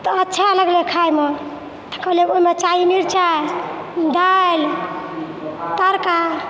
तऽ अच्छा लगले खायमे कहलियै ओहिमे चाही मिरचाइ दालि तड़का